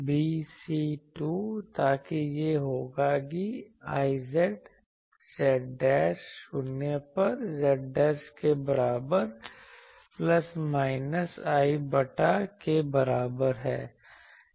BC2 ताकि यह होगा कि Iz z शून्य पर z के बराबर प्लस माइनस l बटा 2 के बराबर है